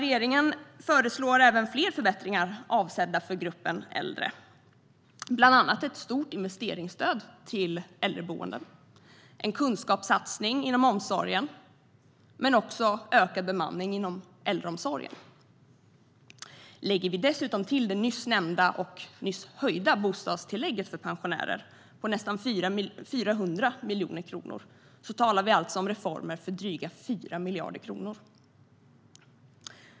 Regeringen föreslår även fler förbättringar avsedda för gruppen äldre, bland annat ett stort investeringsstöd till äldreboenden, en kunskapssatsning inom omsorgen och även ökad bemanning inom äldreomsorgen. Lägger vi dessutom till det nyss nämnda höjda bostadstillägget för pensionärer på nästan 400 miljoner kronor talar vi alltså om reformer för dryga 4 miljarder kronor.